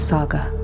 Saga